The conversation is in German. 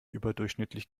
überdurchschnittlich